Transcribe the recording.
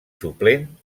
suplent